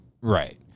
Right